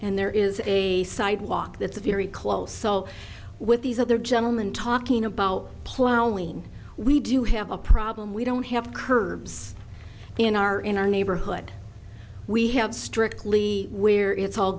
and there is a sidewalk that's a very close so with these other gentleman talking about plowing we do have a problem we don't have curbs in our in our neighborhood we have strictly where it's all